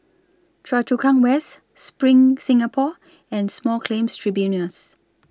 Choa Chu Kang West SPRING Singapore and Small Claims Tribunals